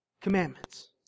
commandments